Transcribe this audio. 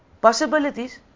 possibilities